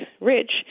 Rich